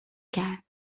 کرد